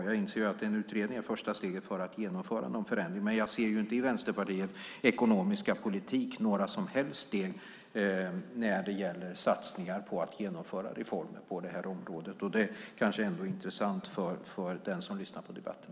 Jag inser att en utredning är första steget för att genomföra någon förändring, men jag ser inte i Vänsterpartiets ekonomiska politik några som helst steg när det gäller satsningar på att genomföra reformer på detta område. Det kanske ändå är intressant att veta för den som lyssnar på debatten.